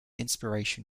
inspiration